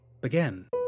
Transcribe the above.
begin